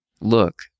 Look